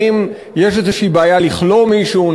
האם יש איזושהי בעיה לכלוא מישהו?